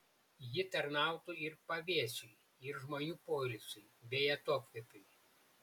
ji tarnautų ir pavėsiui ir žmonių poilsiui bei atokvėpiui